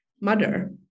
mother